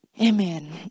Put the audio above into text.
Amen